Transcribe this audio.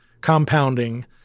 compounding